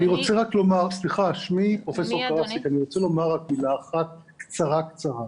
אני רוצה לומר רק מילה אחת קצרה קצרה.